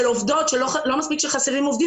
עובדות שלא מספיק שחסרים עובדים,